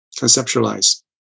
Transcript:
conceptualize